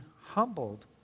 humbled